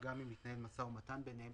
גם אם התנהל משא ומתן ביניהם".